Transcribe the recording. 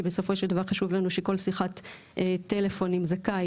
כי בסופו של דבר חשוב לנו שכל שיחת טלפון עם זכאי,